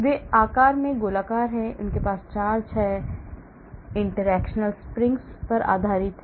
वे आकार में गोलाकार हैं उनके पास चार्ज है इंटरैक्शन स्प्रिंग्स पर आधारित हैं